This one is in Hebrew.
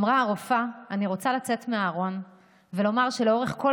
אמרה הרופאה: אני רוצה לצאת מהארון ולומר שלאורך כל